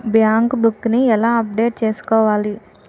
Bank book నీ ఎలా update చేసుకోవాలి?